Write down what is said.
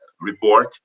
report